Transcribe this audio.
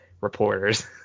reporters